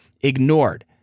ignored